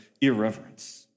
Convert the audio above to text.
irreverence